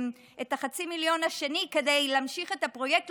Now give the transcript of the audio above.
מיליון השני כדי להמשיך את הפרויקט.